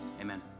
amen